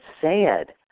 sad